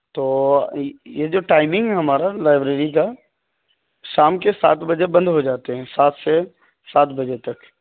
تو یہ جو ٹائمنگ ہے ہمارا لائبریری کا شام کے سات بجے بند ہو جاتے ہیں سات سے سات بجے تک